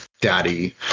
daddy